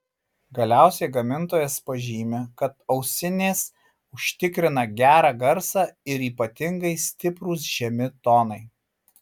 galiausiai gamintojas pažymi kad ausinės užtikrina gerą garsą ir ypatingai stiprūs žemi tonai